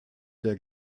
der